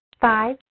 Five